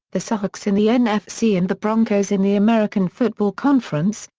the seahawks in the nfc and the broncos in the american football conference,